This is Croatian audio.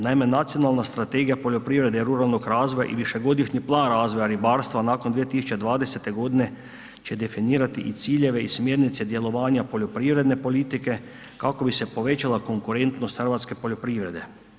Naime, nacionalna strategija poljoprivrede ruralnog razvoja i višegodišnji plan razvoja ribarstva, nakon 2020. godine će definirati i ciljeve i smjernice djelovanja poljoprivredne politike, kako bi se povećala konkurentnost hrvatske poljoprivrede.